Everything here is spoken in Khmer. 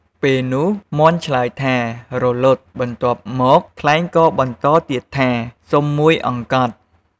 ពេលនោះ មាន់ឆ្លើយថា «រលត់»បន្ទាប់មក ខ្លែងក៏បន្តទៀតថា «សុំមួយអង្កត់»។